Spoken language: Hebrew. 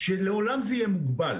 שעולם זה יהיה מוגבל,